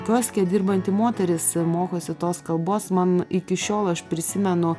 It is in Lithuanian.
kioske dirbanti moteris mokosi tos kalbos man iki šiol aš prisimenu